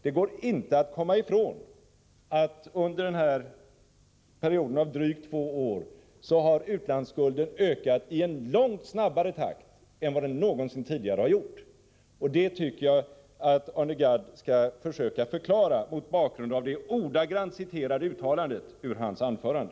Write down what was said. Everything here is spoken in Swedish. Det går inte att komma ifrån att utlandsskulden under den här perioden av drygt två år ökat i en långt snabbare takt än vad den någonsin tidigare gjort. Det tycker jag att Arne Gadd skall försöka förklara mot bakgrund av det ordagrant citerade uttalandet ur hans anförande.